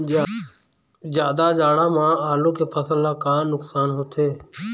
जादा जाड़ा म आलू के फसल ला का नुकसान होथे?